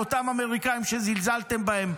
אותם אמריקאים שזלזלתם בהם,